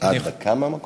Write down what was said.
דקה מהמקום?